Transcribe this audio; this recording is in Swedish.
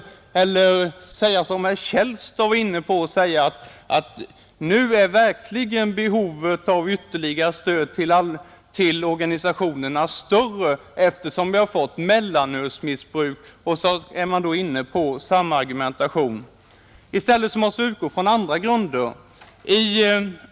Vi får inte heller, som herr Källstad gjorde, säga att behovet av stöd till organisationerna nu är större sedan vi fått ett mellanölsmissbruk. Då är man inne på samma argumentation, I stället måste man utgå från andra grunder.